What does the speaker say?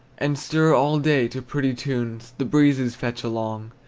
and stir all day to pretty tunes the breezes fetch along,